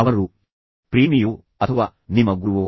ಅವರು ಪ್ರೇಮಿಯೋ ಅಥವಾ ನಿಮ್ಮ ಗುರುವೋ